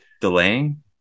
delaying